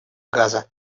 газа